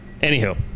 Anywho